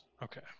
Okay